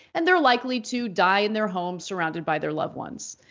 and they're likely to die in their home surrounded by their loved ones.